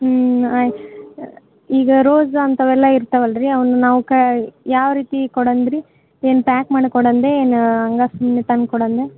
ಹ್ಞೂ ಆಯ್ ಈಗ ರೋಜ್ ಅಂಥವೆಲ್ಲ ಇರ್ತವಲ್ಲ ರೀ ಅವನ್ನು ನಾವು ಕೈ ಯಾವ ರೀತಿ ಕೊಡಣ ರೀ ಏನು ಪ್ಯಾಕ್ ಮಾಡಿ ಕೊಡಂದೆ ಏನು ಹಂಗ ಸುಮ್ಮನೆ ತಂದು ಕೊಡೋಣ